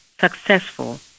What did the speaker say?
successful